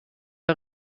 der